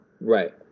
Right